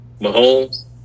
Mahomes